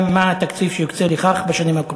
מה הוא התקציב שיוקצה לכך בשנים הקרובות?